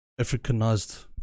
Africanized